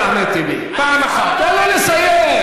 חבר הכנסת אחמד טיבי, תן לו לסיים.